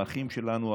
האחים שלנו,